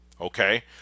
okay